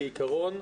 כעיקרון,